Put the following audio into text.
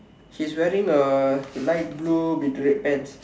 she's wearing a light blue with red pants